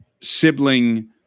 sibling